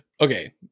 Okay